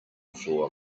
floor